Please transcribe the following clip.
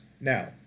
Now